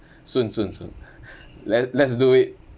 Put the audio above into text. soon soon soon let's let's do it